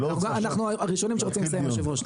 אנחנו הראשונים שרוצים לסיים, היושב-ראש.